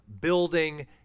building